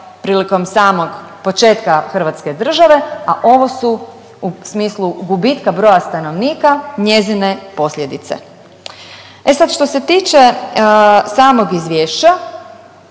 prilikom samog početka Hrvatske države, a ovo su u smislu gubitka broja stanovnika njezine posljedice. E sad što se tiče samog izvješća